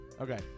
Okay